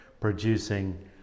producing